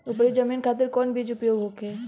उपरी जमीन खातिर कौन बीज उपयोग होखे?